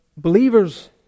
believer's